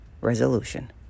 resolution